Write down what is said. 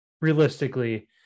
realistically